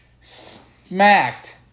Smacked